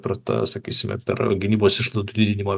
per tą sakysime per gynybos išlaidų didinimą